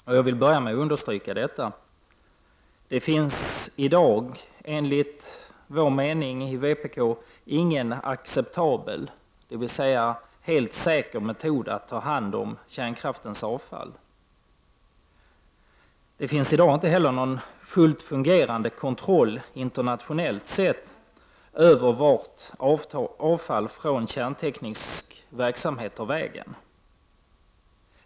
Jag vill därför börja med att understryka detta: Det finns i dag, enligt vår mening i vpk, ingen acceptabel, helt säker metod att ta hand om kärnkraftens avfall. Det finns i dag ingen fullt ut fungerande kontroll internationellt sett över vart avfall från kärnteknisk verksamhet tar vägen.